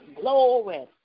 glory